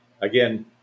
again